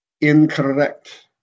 incorrect